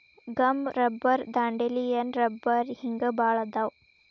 gum rubber dandelion ರಬ್ಬರ ಹಿಂಗ ಬಾಳ ಅದಾವ